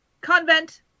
convent